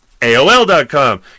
AOL.com